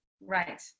right